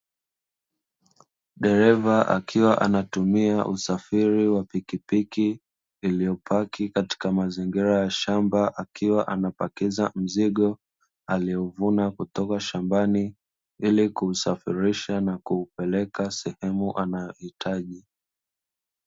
Dereva akiwa anatumia usafiri wa pikipiki iliyopaki katika mazingira ya shamba, akiwa anapakiza mzigo aliouvuna kutoka shambani ili kusafirisha na kupeleka sehemu anayohitaji.